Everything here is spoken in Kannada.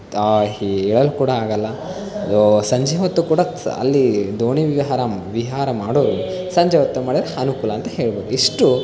ಆ ಹೇಳಲು ಕೂಡ ಆಗಲ್ಲ ಸಂಜೆ ಹೊತ್ತು ಕೂಡ ಸ್ ಅಲ್ಲಿ ದೋಣಿ ವಿಹಾರ ವಿಹಾರ ಮಾಡೋರು ಸಂಜೆ ಹೊತ್ತು ಮಾಡೋದು ಅನುಕೂಲ ಅಂತ ಹೇಳ್ಬೋದು ಇಷ್ಟು